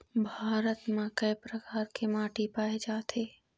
भारत म कय प्रकार के माटी पाए जाथे?